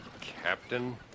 Captain